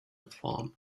form